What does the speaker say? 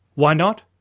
why not?